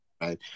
right